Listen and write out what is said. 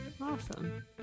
Awesome